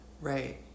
right